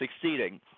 succeeding